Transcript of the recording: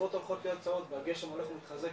התקופות הולכות ומתקצרות והגשם הולך ומתחזק,